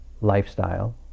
lifestyle